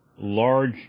large